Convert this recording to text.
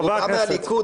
חברי הכנסת.